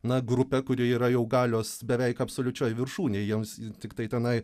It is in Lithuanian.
na grupę kuri yra jau galios beveik absoliučioj viršūnėj jiems tiktai tenai